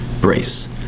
brace